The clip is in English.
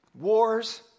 wars